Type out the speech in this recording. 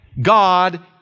God